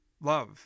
love